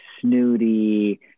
snooty